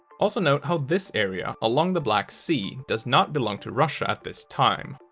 also note how this area along the black sea does not belong to russia at this time.